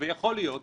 לא יועץ משפטי,